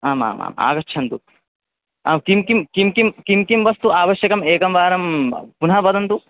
आम् आम् आम् आगच्छन्तु किं किं किं किं किं किं वस्तु आवश्यकम् एकं वारं पुनः वदन्तु